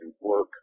work